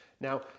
Now